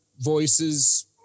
voices